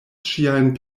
ŝiajn